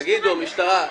תגיד המשטרה.